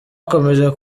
akomeje